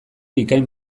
bikain